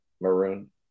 maroon